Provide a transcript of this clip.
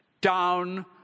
Down